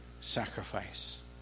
sacrifice